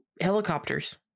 helicopters